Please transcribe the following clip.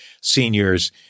seniors